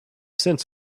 cents